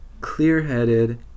clear-headed